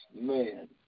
man